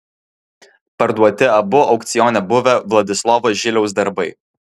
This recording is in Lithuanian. parduoti abu aukcione buvę vladislovo žiliaus darbai